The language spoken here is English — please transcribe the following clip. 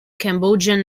cambodian